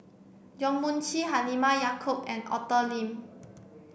Yong Mun Chee Halimah Yacob and Arthur Lim